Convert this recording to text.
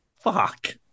Fuck